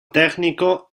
tecnico